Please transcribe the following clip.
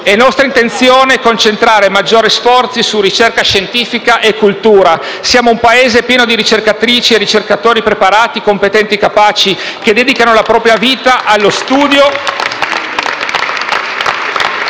È nostra intenzione concentrare maggiori sforzi su ricerca scientifica e cultura. Siamo un Paese pieno di ricercatrici e ricercatori preparati, competenti e capaci *(Applausi dai Gruppi